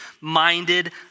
minded